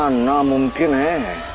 and um and can enter